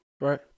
Right